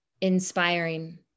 Inspiring